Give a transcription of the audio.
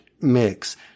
mix